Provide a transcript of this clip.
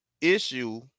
issue